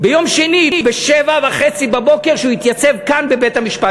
ביום שני ב-07:30 שהוא יתייצב כאן בבית-המשפט.